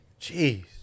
Jeez